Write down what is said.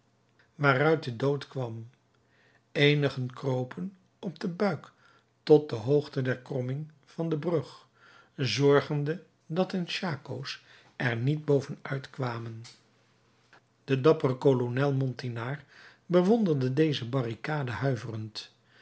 waaruit de dood kwam eenigen kropen op den buik tot de hoogte der kromming van de brug zorgende dat hun schako's er niet boven uitkwamen de dappere kolonel monteynard bewonderde deze barricade huiverend